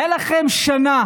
הייתה לכם שנה,